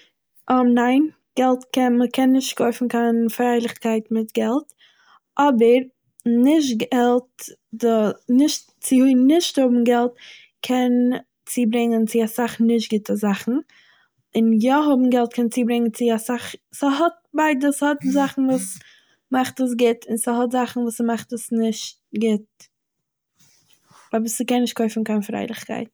ניין, געלט קען- מ'קען נישט קויפן קיין פריילעכקייט מיט געלט, אבער נישט געלט- דא נישט- צו נישט האבן געלט קען צוברענגען צו אסאך נישט גוטע זאכן, און יא האבן געלט קען צוברענגען צו אסאך- ס'האט ביידע, ס'האט זאכן וואס מאכט עס גוט און ס'האט זאכן וואס מאכט עס נישט גוט. אבער ס'קען נישט קויפן קיין פריילעכקייט